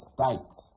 Stakes